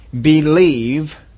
believe